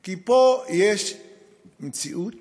כי פה יש מציאות